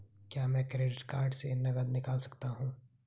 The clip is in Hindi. क्या मैं क्रेडिट कार्ड से नकद निकाल सकता हूँ?